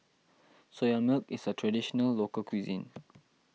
Soya Milk is a Traditional Local Cuisine